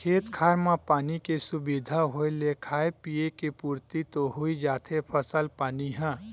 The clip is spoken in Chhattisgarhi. खेत खार म पानी के सुबिधा होय ले खाय पींए के पुरति तो होइ जाथे फसल पानी ह